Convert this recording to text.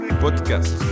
Podcast